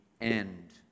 end